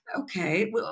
okay